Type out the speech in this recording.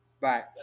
bye